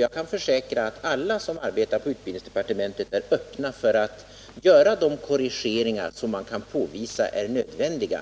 Jag kan försäkra att alla som arbetar på utbildningsdepartementet är öppna för att göra de korrigeringar som kan påvisas vara nödvändiga.